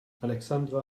alexandra